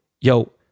Yo